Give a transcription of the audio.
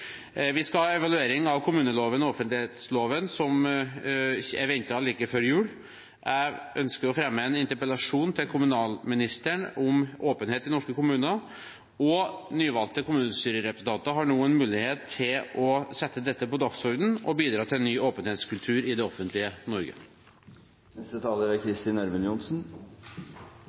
Vi skal ha en evaluering av kommuneloven og offentlighetsloven som er ventet like før jul. Jeg ønsker å fremme en interpellasjon til kommunalministeren om åpenhet i norske kommuner. Nyvalgte kommunestyrerepresentanter har nå en mulighet til å sette dette på dagsordenen og bidra til en ny åpenhetskultur i det offentlige Norge.